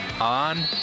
on